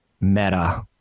Meta